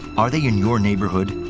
are they in your neighborhood?